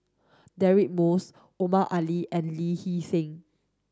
Deirdre Moss Omar Ali and Lee Hee Seng